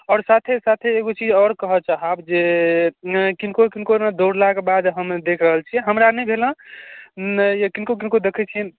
आओर साथे साथे एगो चीज आओर कहऽ चाहब जे ने किनको किनको ने दौड़लाके बाद हम देख रहल छियै हमरा नहि भेल हँ नइ ये किनको किनको दखै छियनि